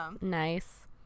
nice